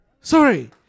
Sorry